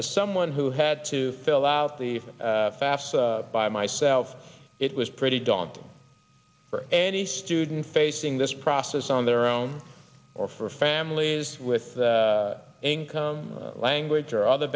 as someone who had to fill out the fafsa by myself it was pretty daunting for any student facing this process on their own or for families with incomes language or other